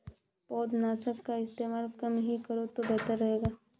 पौधनाशक का इस्तेमाल कम ही करो तो बेहतर रहेगा